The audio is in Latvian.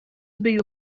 biju